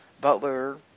Butler